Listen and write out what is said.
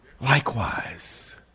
Likewise